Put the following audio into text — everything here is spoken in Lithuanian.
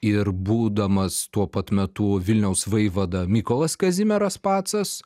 ir būdamas tuo pat metu vilniaus vaivada mykolas kazimieras pacas